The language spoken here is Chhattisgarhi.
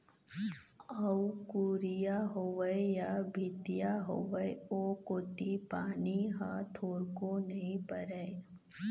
अउ कुरिया होवय या भीतिया होवय ओ कोती पानी ह थोरको नइ परय